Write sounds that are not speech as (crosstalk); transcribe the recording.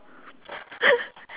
(laughs)